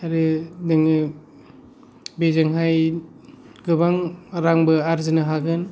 आरो नोङो बेजोंहाय गोबां रांबो आरजिनो हागोन